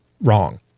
Wrong